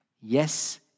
Yes